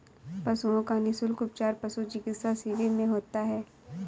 पशुओं का निःशुल्क उपचार पशु चिकित्सा शिविर में होता है